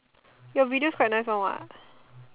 your videos quite nice one what